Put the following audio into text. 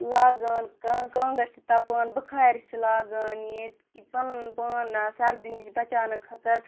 لاگان کَ کانٛگٕر چھِ تَپان بُخارِ چھِ لاگان ییٚتہِ کہِ پَنُن پان سردی نِش بَچاونہٕ خٲطر